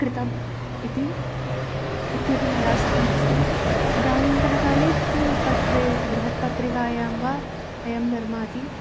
कृतम् इति इत्यपि मया श्रुतमस्ति इदानीन्तनकाले तु पत्रे बृहत् पत्रिकायां वा अयं निर्माति